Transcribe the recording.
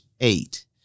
eight